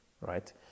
right